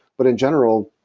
but in general,